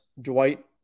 Dwight